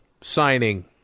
signing